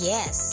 Yes